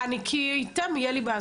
כי איתם יהיה לי בעיה.